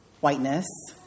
whiteness